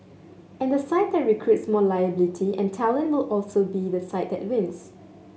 and the side that recruits more ability and talent will also be the side that wins